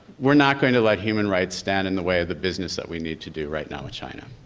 we're not going to let human right stand in the way of the business that we need to do right now in china.